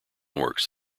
works